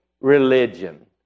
religion